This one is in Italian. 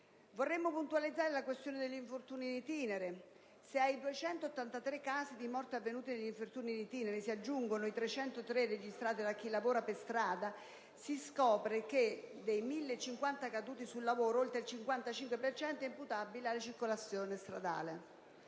Vorremmo poi puntualizzare la questione degli infortuni *in itinere*. Se ai 283 casi di morte avvenuti a seguito di infortuni *in itinere* si aggiungono i 303 registrati tra chi lavora per strada, si scopre che dei 1.050 caduti sul lavoro oltre il 55 per cento è imputabile alla circolazione stradale.